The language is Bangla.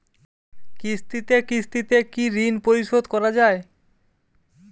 কিস্তিতে কিস্তিতে কি ঋণ পরিশোধ করা য়ায়?